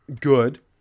good